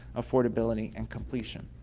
affordability, and completion.